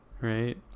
right